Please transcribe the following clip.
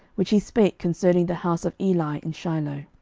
which he spake concerning the house of eli in shiloh.